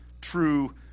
true